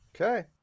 Okay